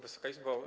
Wysoka Izbo!